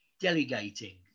delegating